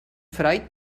freud